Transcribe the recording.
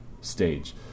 stage